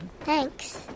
Thanks